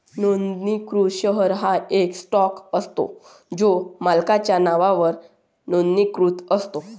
नोंदणीकृत शेअर हा एक स्टॉक असतो जो मालकाच्या नावावर नोंदणीकृत असतो